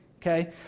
okay